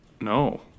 No